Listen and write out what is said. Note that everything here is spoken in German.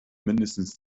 mindestens